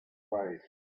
ways